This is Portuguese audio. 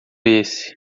esse